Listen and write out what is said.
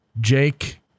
Jake